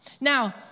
Now